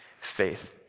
faith